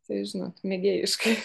tai žinot mėgėjiškai